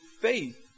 faith